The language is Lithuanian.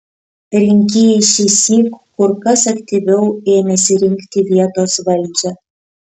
rinkėjai šįsyk kur kas aktyviau ėmėsi rinkti vietos valdžią